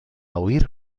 huir